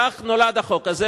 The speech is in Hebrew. כך נולד החוק הזה,